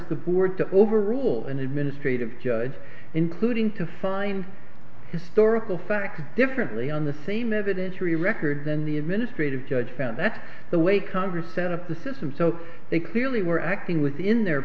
to overrule an administrative judge including to find historical facts differently on the same evidence re record then the administrative judge found that's the way congress set up the system so they clearly were acting within their